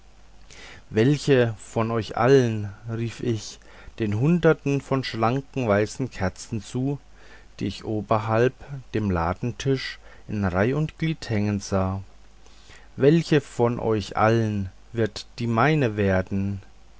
welche von euch allen rief ich den hunderten von schlanken weißen kerzen zu die ich oberhalb dem ladentische in reih und glied hängen sah welche von euch allen wird die meine werden